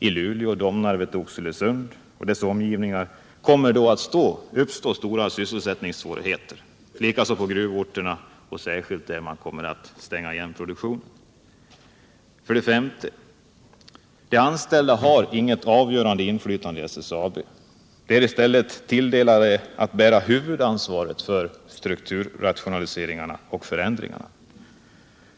I Luleå, Domnarvet, Oxelösund och dessa orters omgivningar kommer då att uppstå stora sysselsättningssvårigheter, likaså på gruvorterna och särskilt där man kommer att lägga ned produktionen. För det femte har de anställda inget avgörande inflytande i SSAB. De är i stället tilldelade huvudansvaret för strukturrationaliseringarna och förändringarna.